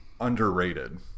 underrated